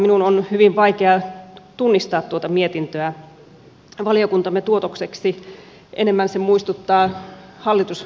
minun on hyvin vaikea tunnistaa tuota mietintöä valiokuntamme tuotokseksi enemmän se muistuttaa hallitusohjelmaa